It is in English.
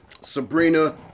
Sabrina